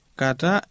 kata